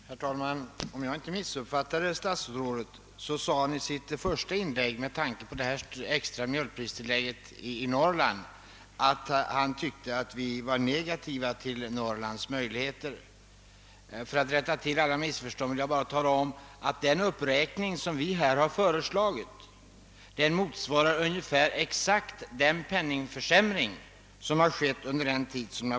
Herr talman! Om jag inte missuppfattade statsrådet så sade han i sitt första inlägg beträffande det extra mjölkpristillägget i Norrland att vi var negativa till det norrländska jordbrukets möjligheter. För att rätta till alla missförstånd vill jag tala om att den uppräkning vi här föreslagit endast motsvarar - penningvärdeförsämringen under denna tid.